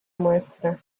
muestra